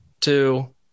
two